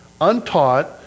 Untaught